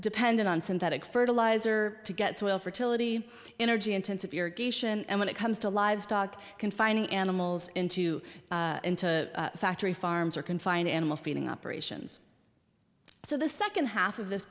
dependent on synthetic fertilizer to get soil fertility energy intensive your geisha and when it comes to livestock confining animals into into factory farms or confined animal feeding operations so the second half of this